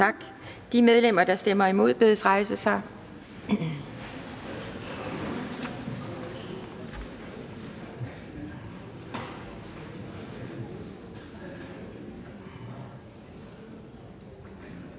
Tak. De medlemmer, der stemmer imod, bedes rejse sig.